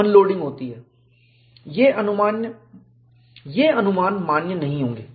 unloading होती है ये अनुमान मान्य नहीं होंगे